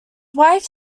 wife